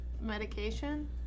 medication